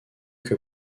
que